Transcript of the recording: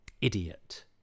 idiot